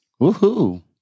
Woohoo